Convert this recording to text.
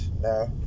No